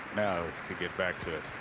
now to get back to